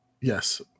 Yes